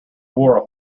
wore